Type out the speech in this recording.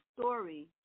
story